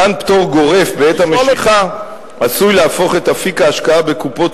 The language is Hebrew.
מתן פטור גורף בעת המשיכה עשוי להפוך את אפיק ההשקעה בקופות